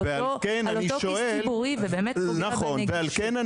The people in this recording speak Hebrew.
על אותו --- ועל כן,